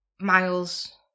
Miles